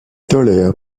tolère